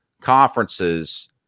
conferences